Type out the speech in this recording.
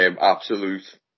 Absolute